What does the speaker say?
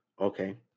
okay